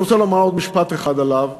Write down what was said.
אני רוצה לומר עוד משפט אחד עליו,